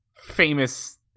famous